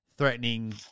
Threatening